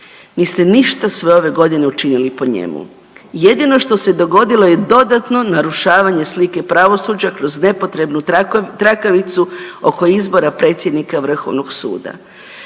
Niste ništa sve ove godine učinili po njemu, jedino što se dogodilo je dodatno narušavanje slike pravosuđa kroz nepotrebnu trakavicu oko izbora predsjednika Vrhovnog suda.